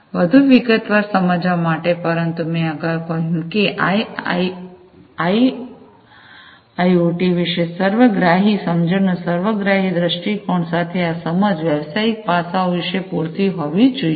વધુ વિગતવાર સમજવા માટે પરંતુ મેં અગાઉ કહ્યું છે કે આઇઆઓટી વિશે સર્વગ્રાહી સમજણનો સર્વગ્રાહી દૃષ્ટિકોણ સાથે આ સમજ વ્યવસાયિક પાસાઓ વિશે પૂરતી હોવી જોઈએ